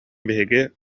биһиги